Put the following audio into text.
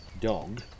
dog